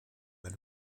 and